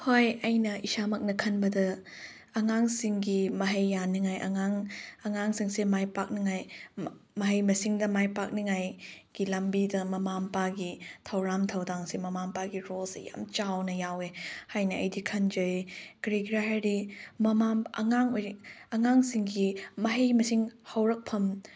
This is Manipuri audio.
ꯍꯣꯏ ꯑꯩꯅ ꯏꯁꯥꯃꯛꯅ ꯈꯟꯕꯗ ꯑꯉꯥꯡꯁꯤꯡꯒꯤ ꯃꯍꯩ ꯌꯥꯟꯅꯤꯡꯉꯥꯏ ꯑꯉꯥꯡ ꯑꯉꯥꯡꯁꯤꯡꯁꯦ ꯃꯥꯏ ꯄꯥꯛꯅꯤꯡꯉꯥꯏ ꯃꯍꯩ ꯃꯁꯤꯡꯗ ꯃꯥꯏ ꯄꯥꯛꯅꯤꯡꯉꯥꯏꯒꯤ ꯂꯝꯕꯤꯗ ꯃꯃꯥ ꯃꯄꯥꯒꯤ ꯊꯧꯔꯥꯡ ꯊꯧꯗꯥꯡꯁꯦ ꯃꯃꯥ ꯃꯄꯥꯒꯤ ꯔꯣꯜꯁꯦ ꯌꯥꯝ ꯆꯥꯎꯅ ꯌꯥꯎꯋꯦ ꯍꯥꯏꯅ ꯑꯩꯗꯤ ꯈꯟꯖꯩ ꯀꯔꯤꯒꯤꯔꯥ ꯍꯥꯏꯔꯗꯤ ꯃꯃꯥ ꯑꯉꯥꯡ ꯑꯉꯥꯡꯁꯤꯡꯒꯤ ꯃꯍꯩ ꯃꯁꯤꯡ ꯍꯧꯔꯛꯐꯝ